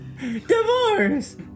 Divorce